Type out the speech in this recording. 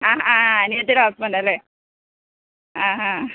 ആ ആ ആ അനിയത്തീടെ ഹസ്ബൻറ്റല്ലേ ആ ആ